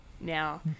now